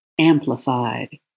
amplified